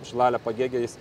šilale pagėgiais